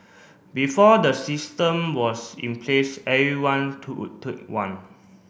before the system was in place everyone to took one